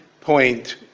point